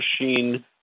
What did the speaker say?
machine